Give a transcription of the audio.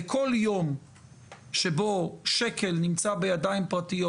כל יום שבו שקל נמצא בידיים פרטיות